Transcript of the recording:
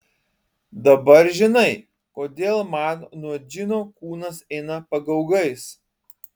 dabar žinai kodėl man nuo džino kūnas eina pagaugais